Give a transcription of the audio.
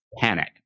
panic